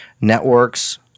networks